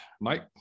Mike